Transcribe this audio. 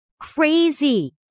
Crazy